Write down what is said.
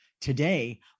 Today